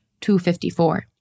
254